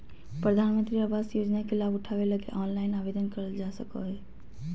प्रधानमंत्री आवास योजना के लाभ उठावे लगी ऑनलाइन आवेदन करल जा सको हय